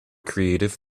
creative